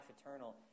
eternal